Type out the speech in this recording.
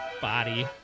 body